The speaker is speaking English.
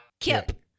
Kip